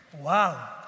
Wow